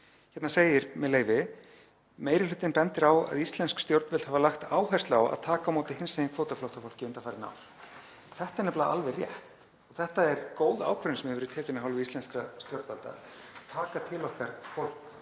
Hérna segir, með leyfi: „Meiri hlutinn bendir á að íslensk stjórnvöld hafa lagt áherslu á að taka á móti hinsegin kvótaflóttafólki undanfarin ár.“ Þetta er nefnilega alveg rétt. Þetta er góð ákvörðun sem hefur verið tekin af hálfu íslenskra stjórnvalda, að taka til okkar fólk